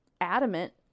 adamant